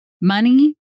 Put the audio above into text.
Money